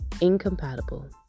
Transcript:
incompatible